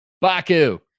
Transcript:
Baku